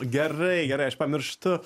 gerai gerai aš pamirštu